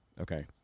Okay